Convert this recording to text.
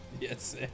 Yes